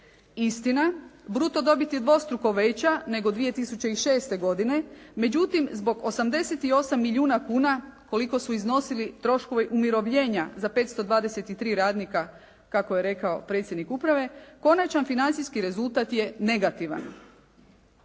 Istina, bruto dobit je dvostruko veća nego 2006. godine, međutim zbog 88 milijuna kuna koliko su iznosili troškovi umirovljenja za 523 radnika kako je rekao predsjednik uprave konačan financijski rezultat je negativan.